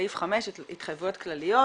סעיף 5 התחייבויות כלליות: